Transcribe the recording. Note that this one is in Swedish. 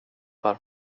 här